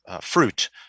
fruit